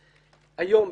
היום,